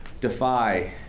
defy